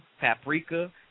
paprika